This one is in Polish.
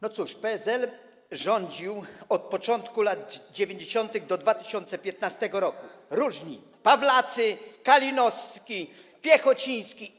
No cóż, PSL rządził od początku lat 90. do 2015 r., różni Pawlacy, Kalinowski, Piechociński.